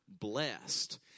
blessed